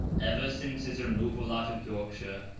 ever since his removal out of yorkshire,